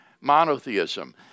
monotheism